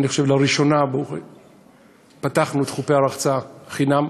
אני חושב שלראשונה פתחנו את חופי הרחצה חינם.